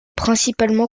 principalement